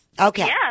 okay